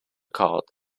called